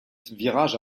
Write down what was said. virage